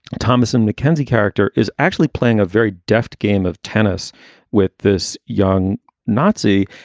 thomas and mckenzie character is actually playing a very deft game of tennis with this young nazi.